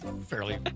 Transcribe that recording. fairly